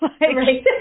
Right